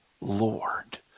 Lord